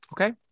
Okay